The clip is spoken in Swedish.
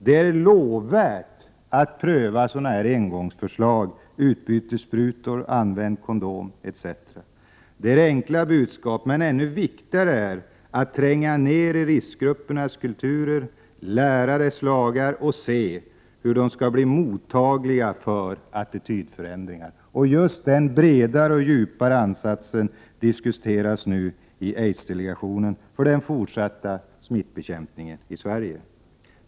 Det är lovvärt att pröva ”engångsförslag” som utbytessprutor, använd kondom etc. Det är enkla budskap. Men ännu viktigare är att tränga ner i riskgruppernas kulturer, lära deras lagar och se hur de skall bli mottagliga för attitydförändringar. Just denna bredare och djupare ansats diskuteras just nu i aidsdelegationen för den fortsatta smittbekämpningen i Sverige.